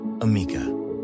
Amica